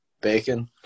Bacon